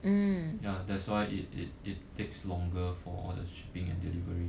ya that's why it it it takes longer for all the shipping and delivery